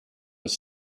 was